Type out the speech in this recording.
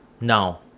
now